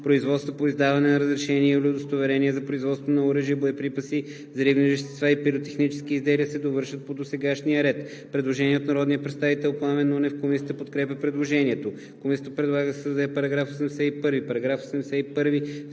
производства по издаване на разрешения или удостоверения за производство на оръжия, боеприпаси, взривни вещества и пиротехнически изделия се довършват по досегашния ред.“ Предложение от народния представител Пламен Нунев. Комисията подкрепя предложението. Комисията предлага да се създаде § 81: